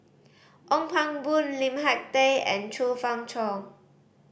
Ong Pang Boon Lim Hak Tai and Chong Fah Cheong